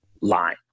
line